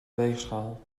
weegschaal